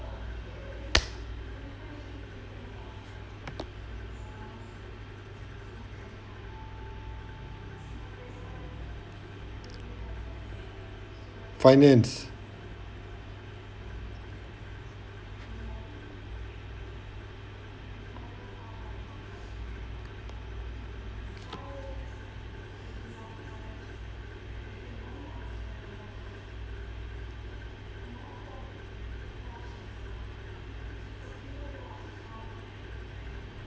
finance